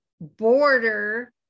border